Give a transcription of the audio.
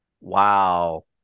wow